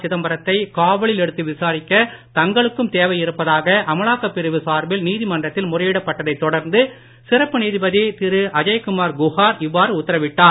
சிதம்பரத்தை காவலில் எடுத்து விசாரிக்க தங்களுக்கும் தேவை இருப்பதாக அமலாக்கப் பிரிவு சார்பில் நீதிமன்றத்தில் முறையிடப் பட்டதைத் தொடர்ந்து சிறப்பு நீதிபதி திரு அஜய்குமார் குஹார் இவ்வாறு உத்தரவிட்டார்